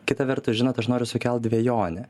kita vertus žinot aš noriu sukelt dvejonę